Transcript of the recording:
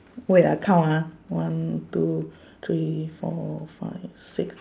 wait I count ah one two three four five six